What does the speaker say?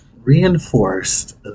reinforced